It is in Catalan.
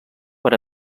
per